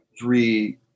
three